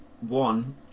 One